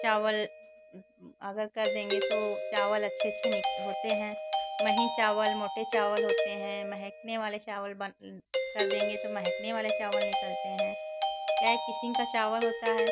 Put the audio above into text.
चावल अगर कर देंगे तो चावल अच्छे अच्छे होते हैं महीन चावल मोटे चावल होते हैं महकने वाले चावल बन कर देंगे तो महकने वाले चावल निकलते हैं कई क़िस्म का चावल होता है